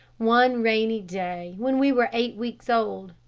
one rainy day, when we were eight weeks old,